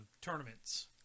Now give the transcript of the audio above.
tournaments